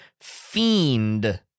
Fiend